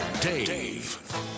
Dave